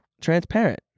transparent